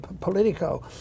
Politico